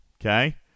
Okay